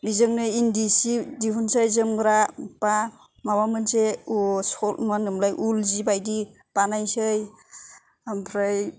बिजोंनो इन्दि सि दिहुननोसै जोमग्रा बा माबा मोनसे मा होनोमोनलाय उल जि बायदि बानायनोसै ओमफ्राय